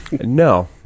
no